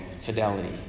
fidelity